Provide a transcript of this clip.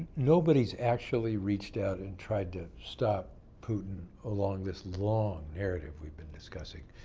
nobody's actually reached out and tried to stop putin along this long narrative we've been discussing,